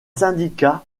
syndicats